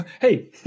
Hey